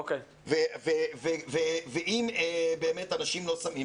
אם באמת אנשים לא שמים,